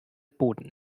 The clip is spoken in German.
boden